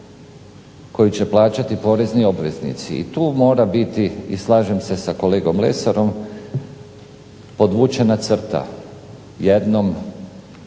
koju će plaćati porezni obveznici. I tu mora biti, i slažem se sa kolegom Lesarom, podvučena crta jednom,